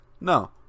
no